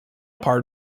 part